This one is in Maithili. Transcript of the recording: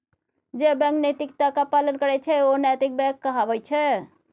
जे बैंक नैतिकताक पालन करैत छै ओ नैतिक बैंक कहाबैत छै